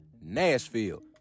Nashville